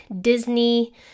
Disney